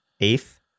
eighth